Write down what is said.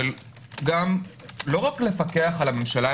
של לא רק לפקח על הממשלה,